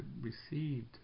received